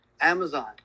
Amazon